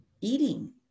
eating